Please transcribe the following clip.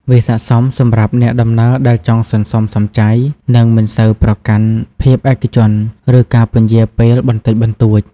វាស័ក្តិសមសម្រាប់អ្នកដំណើរដែលចង់សន្សំសំចៃ និងមិនសូវប្រកាន់ភាពឯកជន ឬការពន្យារពេលបន្តិចបន្តួច។